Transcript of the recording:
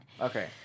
okay